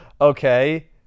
Okay